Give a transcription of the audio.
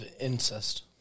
incest